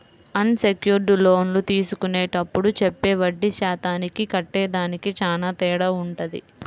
అన్ secured లోన్లు తీసుకునేప్పుడు చెప్పే వడ్డీ శాతానికి కట్టేదానికి చానా తేడా వుంటది